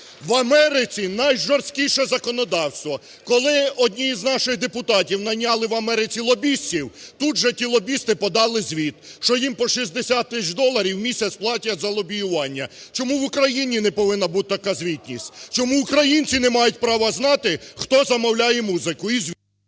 В Америці найжорсткіше законодавство, коли одні із наших депутатів найняли в Америці лобістів, тут же ті лобісти подали звіт, що їм по 60 тисяч доларів у місяць платять за лобіювання. Чому в Україні не повинна бути така звітність? Чому українці не мають права знати, хто замовляє музику